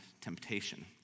temptation